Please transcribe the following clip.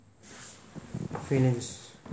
feelings